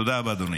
תודה רבה, אדוני.